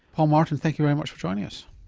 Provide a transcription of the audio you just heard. paul martin thank you very much for joining us.